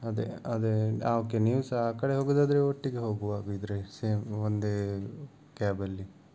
ಅದೇ ಅದೇ ಹಾ ಓಕೆ ನೀವು ಸಹ ಆ ಕಡೆ ಹೋಗುವುದಾದ್ರೆ ಒಟ್ಟಿಗೆ ಹೋಗುವ ಹಾಗಿದ್ದರೆ ಸೇಮ್ ಒಂದೇ ಕ್ಯಾಬಲ್ಲಿ